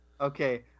Okay